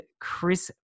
Chris